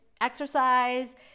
exercise